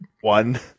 One